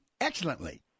excellently